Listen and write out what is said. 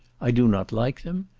i do not like them.